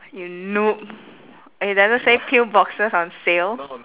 you noob it doesn't say pill boxes on sale